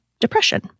depression